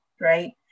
right